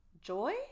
joy